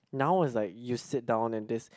now is like you sit down in this